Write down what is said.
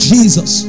Jesus